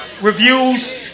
reviews